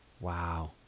wow